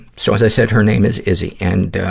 so, as i said, her name is izzy. and,